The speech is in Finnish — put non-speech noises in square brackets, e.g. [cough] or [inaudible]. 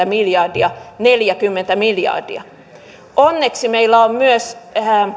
[unintelligible] miljardia neljäkymmentä miljardia onneksi meillä on myös